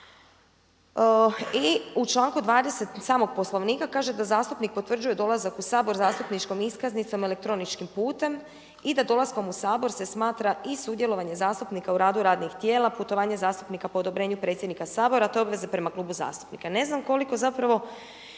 I u članku 20. samog Poslovnika kaže da zastupnik potvrđuje dolazak u Sabor zastupničkom iskaznicom, elektroničkim putem i da dolaskom u Sabor se smatra i sudjelovanje zastupnika u radu radnih tijela, putovanje zastupnika po odobrenju predsjednika Sabora te obveze prema klubu zastupnika. Ne znam koliko zapravo